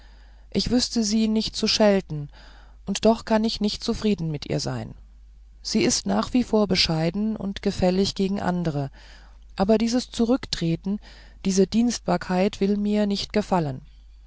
ich wüßte sie nicht zu schelten und doch kann ich nicht zufrieden mit ihr sein sie ist nach wie vor bescheiden und gefällig gegen andere aber dieses zurücktreten diese dienstbarkeit will mir nicht gefallen